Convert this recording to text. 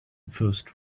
first